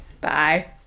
Bye